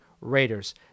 Raiders